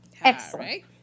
excellent